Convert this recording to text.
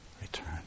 return